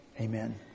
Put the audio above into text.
Amen